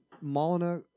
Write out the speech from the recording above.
Molina